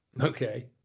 Okay